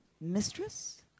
mistress